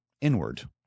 inward